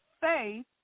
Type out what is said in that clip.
faith